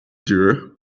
dear